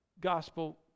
gospel